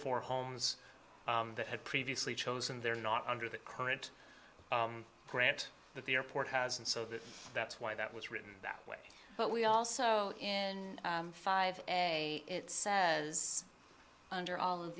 four homes that had previously chosen they're not under the current grant that the airport has and so that that's why that was written that way but we also in five a it says under all of